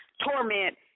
torment